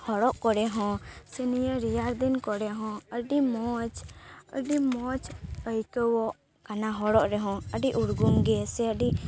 ᱦᱚᱨᱚᱜ ᱠᱚᱨᱮ ᱦᱚᱸ ᱥᱮ ᱱᱤᱭᱟᱹ ᱨᱮᱭᱟᱲ ᱫᱤᱱ ᱠᱚᱨᱮ ᱦᱚᱸ ᱟᱹᱰᱤ ᱢᱚᱡᱽ ᱟᱹᱰᱤ ᱢᱚᱡᱽ ᱟᱹᱭᱠᱟᱣᱚᱜ ᱠᱟᱱᱟ ᱦᱚᱨᱚᱜ ᱨᱮᱦᱚᱸ ᱟᱹᱰᱤ ᱩᱨᱜᱩᱢ ᱜᱮ ᱥᱮ ᱟᱹᱰᱤ